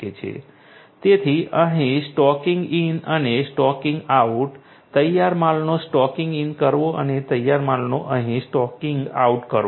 તેથી અહીં stocking in અને સ્ટોકિંગ આઉટ તૈયાર માલનો સ્ટોકિંગ ઇન કરવો અને તૈયાર માલનો અહીં સ્ટોકિંગ આઉટ કરવો